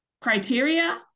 criteria